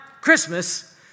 Christmas